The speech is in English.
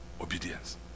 obedience